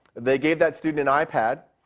they gave that student an ipad,